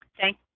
Thank